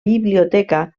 biblioteca